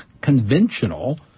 conventional